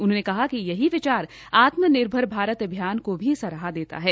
उन्होंने कहा कि यही विचार आत्मनिर्भर भारत अभियान को भी सहारा देता है